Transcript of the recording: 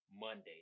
Monday